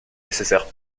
nécessaires